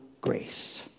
grace